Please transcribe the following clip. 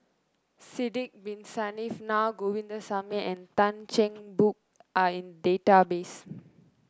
Sidek Bin Saniff Na Govindasamy and Tan Cheng Bock are in database